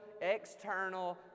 external